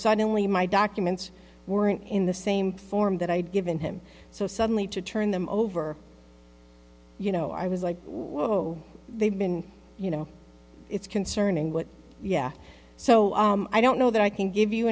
suddenly my documents weren't in the same form that i'd given him so suddenly to turn them over you know i was like they've been you know it's concerning what yeah so i don't know that i can give you